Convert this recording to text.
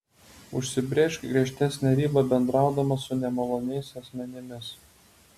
užsibrėžk griežtesnę ribą bendraudama su nemaloniais asmenimis